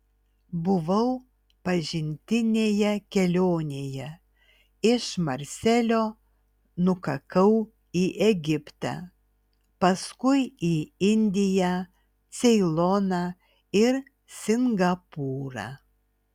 buvau pažintinėje kelionėje iš marselio nukakau į egiptą paskui į indiją ceiloną ir singapūrą